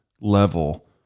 level